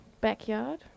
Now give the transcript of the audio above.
backyard